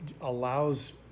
allows